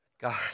God